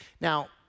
Now